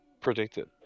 predicted